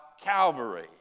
Calvary